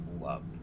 love